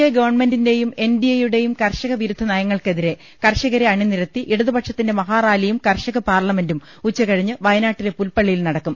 A ഗവൺമെന്റിന്റെയും N D A യുടെയും കർഷക വിരുദ്ധനയങ്ങൾക്കെതിരെ കർഷകരെ അണിനിരത്തി ഇടതുപക്ഷത്തിന്റെ മഹാറാലിയും കർഷക പാർലമെന്റും ഉച്ചക ഴിഞ്ഞ് വയനാട്ടിലെ പുൽപ്പള്ളിയിൽ നടക്കും